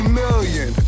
million